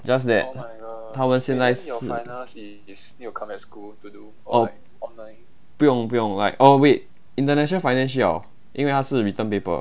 just that 他们现在 oh 不用不用 like oh wait international finance 需要因为它是 written paper